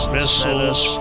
Missiles